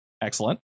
Excellent